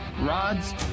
rods